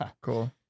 Cool